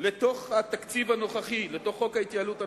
לתוך התקציב הנוכחי, לתוך חוק ההתייעלות הנוכחי,